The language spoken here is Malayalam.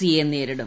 സിയെ നേരിടും